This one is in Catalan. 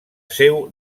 seu